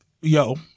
Yo